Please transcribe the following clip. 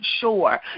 sure